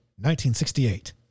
1968